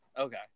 Okay